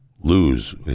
lose